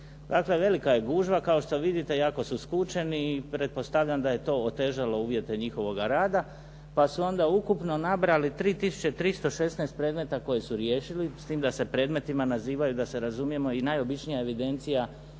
Dakle, velika je gužva. Kao što vidite, jako su skučeni. Pretpostavljam da je to otežalo uvjete njihovoga rada pa su onda ukupno nabrojali 3 tisuće 316 predmeta koje su riješili s tim da se predmetima nazivaju da se razumijemo i najobičnije evidencije